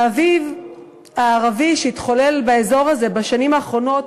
האביב הערבי שהתחולל באזור הזה בשנים האחרונות